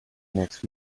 next